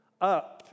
up